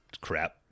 crap